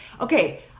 okay